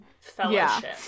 fellowship